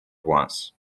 once